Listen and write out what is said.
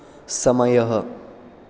समयः